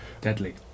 Deadly